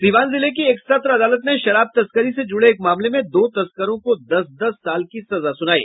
सीवान जिले की एक सत्र अदालत ने शराब तस्करी से जुड़े एक मामले में दो तस्करों को दस दस साल की सजा सुनाई